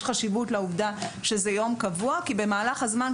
יש חשיבות לעובדה שזה יום קבוע כי במהלך הזמן,